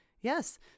Yes